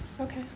Okay